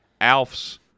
Alf's